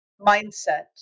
mindset